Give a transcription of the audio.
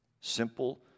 Simple